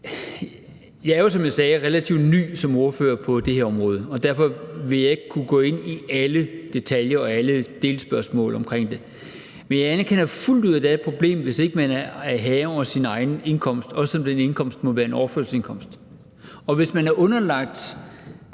sagde, relativt ny som ordfører på det her område, og derfor vil jeg ikke kunne gå ind i alle detaljer og alle delspørgsmål om det, men jeg anerkender fuldt ud, at der er et problem, hvis man ikke er herre over sin egen indkomst, også selv om den indkomst måtte være en overførselsindkomst. Og hvis man er underlagt